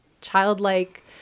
childlike